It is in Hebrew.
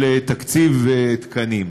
של תקציב ותקנים.